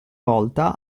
volta